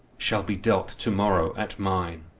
shall be dealt to-morrow at mine.